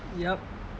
yup